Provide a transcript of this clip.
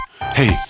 Hey